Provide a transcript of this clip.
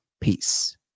Peace